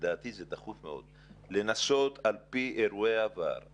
ולדעתי זה דחוף מאוד לנסות על פי אירועי העבר,